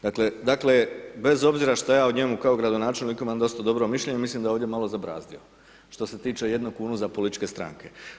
Dakle, bez obzira šta ja o njemu kao gradonačelniku imam dosta dobro mišljenje mislim da je ovdje malo zabrazdio, što se tiče 1 kunu za političke stranke.